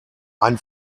ein